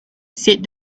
said